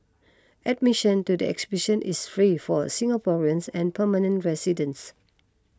admission to the exhibition is free for Singaporeans and permanent residents